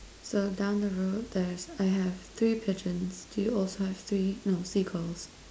so down the road there's I have three pigeons do you also have three no seagulls